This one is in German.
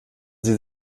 sie